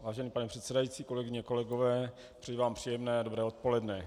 Vážený pane předsedající, kolegyně, kolegové, přeji vám příjemné a dobré odpoledne.